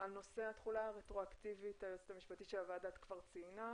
- לא תאי רבייה שעברו שינוי גנטי מכוון